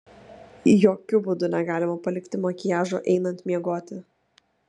jokiu būdu negalima palikti makiažo einant miegoti